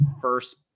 first